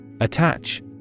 Attach